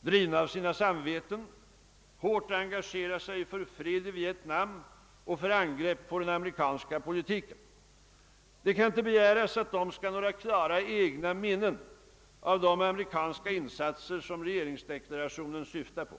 drivna av sina samveten, hårt engagerar sig för fred i Vietnam och för angrepp på den amerikanska politiken, skall ha några klara egna minnen av de amerikanska insatser som regeringsdeklarationen syftar på.